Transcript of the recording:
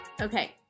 Okay